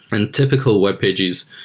and typical webpages,